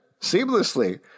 seamlessly